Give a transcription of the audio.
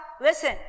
listen